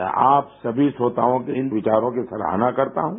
मैं आप सभी श्रोताओं के विचारों की सराहना करता हूँ